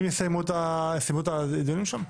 אם יסיימו את הדיונים שם.